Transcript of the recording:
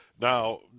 Now